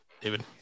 David